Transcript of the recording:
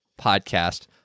podcast